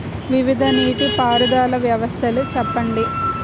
వివిధ నీటి పారుదల వ్యవస్థలను చెప్పండి?